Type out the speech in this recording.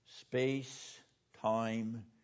space-time